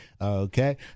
Okay